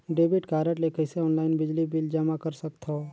Debit card ले कइसे online बिजली बिल जमा कर सकथव?